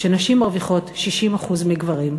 כשנשים מרוויחות 60% מגברים,